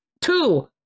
Two